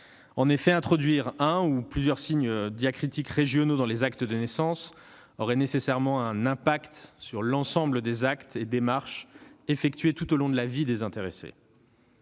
En effet, introduire l'utilisation d'un ou de plusieurs signes diacritiques régionaux dans les actes de naissance aurait nécessairement une incidence sur l'ensemble des actes et démarches effectués tout au long de la vie des intéressés